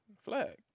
Flag